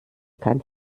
kein